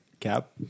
Cap